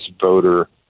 voter